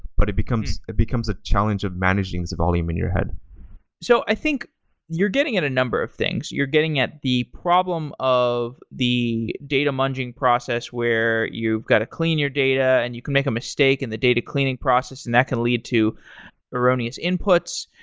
but it becomes it becomes a challenge of managing this volume in your head so i think you're getting at a number of things. you're getting at the problem of the data munging process where you've got to clean your data and you can make a mistake in the data cleaning process and that can lead to erroneous inputs.